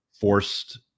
forced